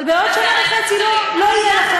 אבל בעוד שנה וחצי הם לא יהיו.